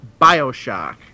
Bioshock